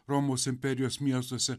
romos imperijos miestuose